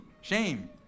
shame